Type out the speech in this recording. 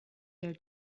their